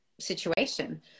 situation